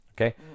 okay